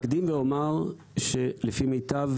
אקדים ואומר שלפי מיטב